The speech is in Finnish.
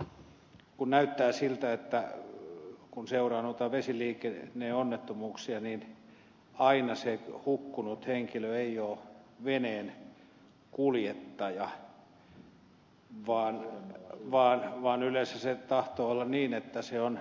ensinnäkin näyttää siltä että kun seuraa noita vesiliikenneonnettomuuksia niin aina se hukkunut henkilö ei ole veneen kuljettaja vaan yleensä se tahtoo olla niin että se on